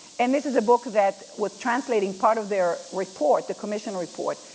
and this is a book that was translating part of their report, the commission report,